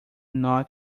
not